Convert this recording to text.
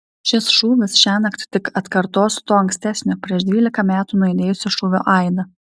šis šūvis šiąnakt tik atkartos to ankstesnio prieš dvylika metų nuaidėjusio šūvio aidą